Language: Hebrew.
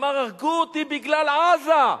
אמר: הרגו אותי בגלל עזה.